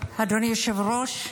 אדוני היושב-ראש,